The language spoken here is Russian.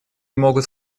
могут